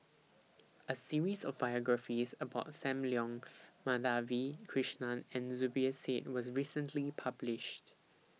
A series of biographies about SAM Leong Madhavi Krishnan and Zubir Said was recently published